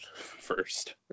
first